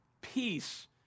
peace